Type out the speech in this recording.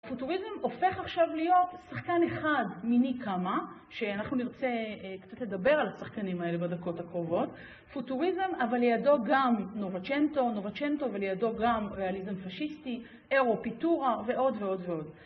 פוטוריזם הופך עכשיו להיות שחקן אחד מיני כמה, שאנחנו נרצה קצת לדבר על השחקנים האלה בדקות הקרובות. פוטוריזם, אבל לידו גם נובה צ'נטו, נובה צ'נטו ולידו גם ריאליזם פשיסטי, אירו פיטורה ועוד ועוד ועוד.